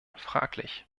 fraglich